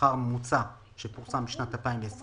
השכר הממוצע האחרון שפורסם בשנת 2020,